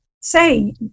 say